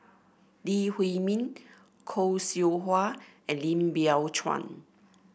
Lee Huei Min Khoo Seow Hwa and Lim Biow Chuan